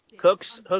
Hook's